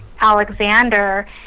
Alexander